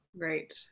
Right